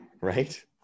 right